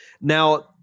Now